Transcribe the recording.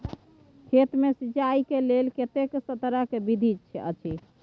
खेत मे सिंचाई के लेल कतेक तरह के विधी अछि?